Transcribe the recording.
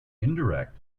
indirect